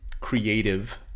creative